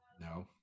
No